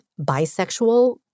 bisexual